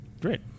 Great